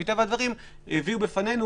מטבע הדברים הביאו בפנינו,